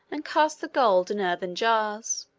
and cast the gold in earthen jars.